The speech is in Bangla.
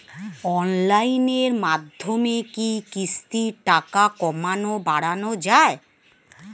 অনলাইনের মাধ্যমে কি কিস্তির টাকা কমানো বাড়ানো যায়?